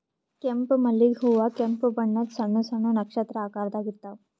ಕೆಂಪ್ ಮಲ್ಲಿಗ್ ಹೂವಾ ಕೆಂಪ್ ಬಣ್ಣದ್ ಸಣ್ಣ್ ಸಣ್ಣು ನಕ್ಷತ್ರ ಆಕಾರದಾಗ್ ಇರ್ತವ್